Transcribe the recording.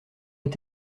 est